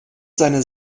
seine